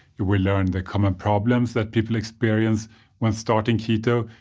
you will learn the common problems that people experience when starting keto,